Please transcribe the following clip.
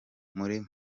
buri